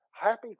Happy